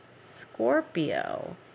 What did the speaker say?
Scorpio